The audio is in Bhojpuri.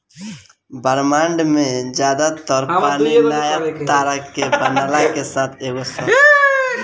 ब्रह्माण्ड में ज्यादा तर पानी नया तारा के बनला के साथ के एगो सह उत्पाद हटे